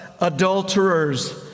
adulterers